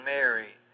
Mary